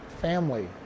family